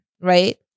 right